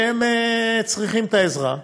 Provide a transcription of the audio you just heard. שצריכים את העזרה.